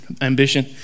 ambition